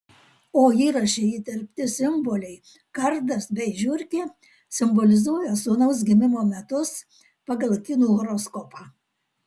o įraše įterpti simboliai kardas bei žiurkė simbolizuoja sūnaus gimimo metus pagal kinų horoskopą